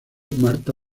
marta